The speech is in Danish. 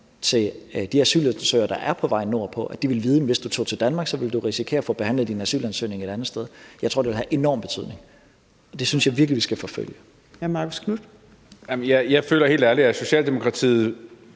til de asylansøgere, der er på vej nordpå, om, at de ville vide, at hvis du tager til Danmark, vil du risikere at få behandlet din asylansøgning et andet sted. Jeg tror, det vil have enorm betydning, og jeg synes virkelig, vi skal forfølge det. Kl. 14:59 Fjerde